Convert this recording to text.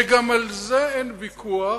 וגם על זה אין ויכוח